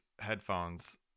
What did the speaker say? headphones